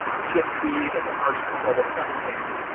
the shift speed and the harshness of it is outstanding.